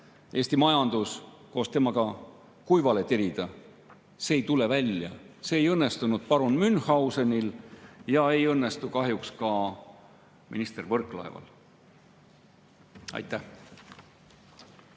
Eesti majandus, koos endaga kuivale tirida. See ei tule välja! See ei õnnestunud parun Münchhausenil ja ei õnnestu kahjuks ka minister Võrklaeval. Aitäh!